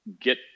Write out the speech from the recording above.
get